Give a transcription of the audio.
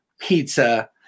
pizza